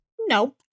No